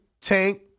Tank